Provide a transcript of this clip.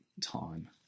time